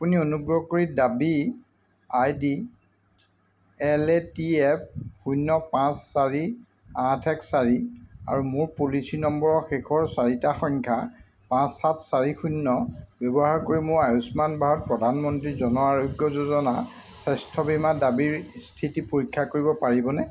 আপুনি অনুগ্ৰহ কৰি দাবী আইডি এল এ টি এফ শূন্য পাঁচ চাৰি আঠ এক চাৰি আৰু মোৰ পলিচি নম্বৰৰ শেষৰ চাৰিটা সংখ্যা পাঁচ সাত চাৰি শূন্য ব্যৱহাৰ কৰি মোৰ আয়ুষ্মান ভাৰত প্ৰধানমন্ত্ৰী জন আৰোগ্য যোজনা স্বাস্থ্য বীমা দাবীৰ স্থিতি পৰীক্ষা কৰিব পাৰিবনে